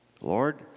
Lord